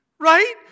Right